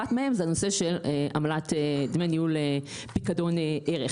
אחת מהן זה הנושא של עמלת דמי ניהול פיקדון ניירות ערך.